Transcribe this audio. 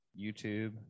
YouTube